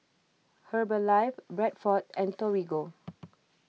Herbalife Bradford and Torigo